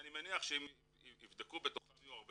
אני מניח שאם יבדקו בתוכם יהיו הרבה